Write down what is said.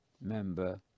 member